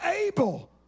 able